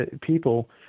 people